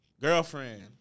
Girlfriend